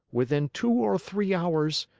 within two or three hours,